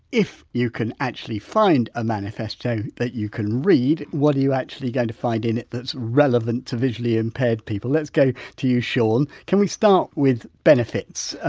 if you can actually find a manifesto that you can read, what are you actually going to find in it that's relevant to visually impaired people? let's go to you sean. can we start with benefits,